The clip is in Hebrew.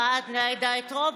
מחאת בני העדה האתיופית,